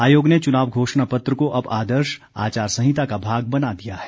आयोग ने चुनाव घोषणा पत्र को अब आदर्श आचार संहिता का भाग बना दिया है